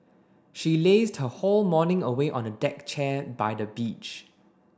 she lazed her whole morning away on a deck chair by the beach